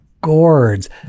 gourds